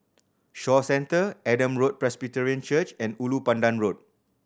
Shaw Centre Adam Road Presbyterian Church and Ulu Pandan Road